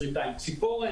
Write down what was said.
שריטה עם ציפורן.